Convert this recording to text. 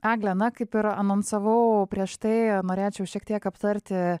egle na kaip ir anonsavau prieš tai norėčiau šiek tiek aptarti